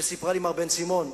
שסיפרה לי: מר בן-סימון,